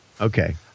Okay